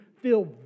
feel